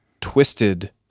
twisted